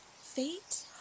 Fate